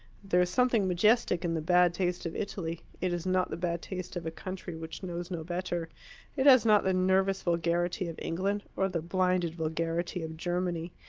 there is something majestic in the bad taste of italy it is not the bad taste of a country which knows no better it has not the nervous vulgarity of england, or the blinded vulgarity of germany.